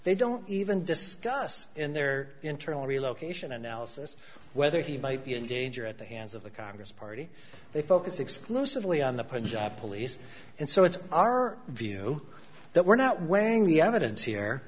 they don't even discuss in their internal relocation analysis whether he might be in danger at the hands of the congress party they focus exclusively on the punjab police and so it's our view that we're not weighing the evidence here